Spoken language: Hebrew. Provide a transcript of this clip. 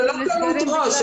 זה לא קלות ראש,